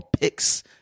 picks